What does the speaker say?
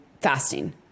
fasting